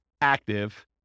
active